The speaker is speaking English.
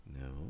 No